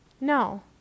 no